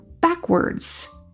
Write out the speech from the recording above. backwards